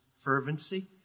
fervency